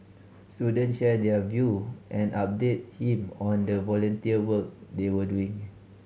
students shared their view and updated him on the volunteer work they were doing